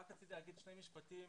רציתי לומר שני משפטים